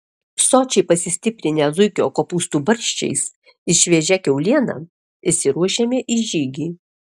sočiai pasistiprinę zuikio kopūstų barščiais ir šviežia kiauliena išsiruošėme į žygį